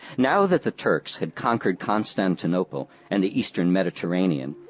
now that the turks had conquered constantinople and the eastern mediterranean,